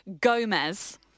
Gomez